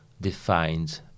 defined